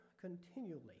continually